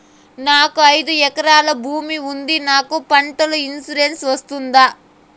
నాకు ఐదు ఎకరాల భూమి ఉంది నాకు పంటల ఇన్సూరెన్సుకు వస్తుందా?